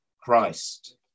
Christ